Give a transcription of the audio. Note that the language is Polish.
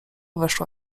weszła